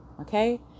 Okay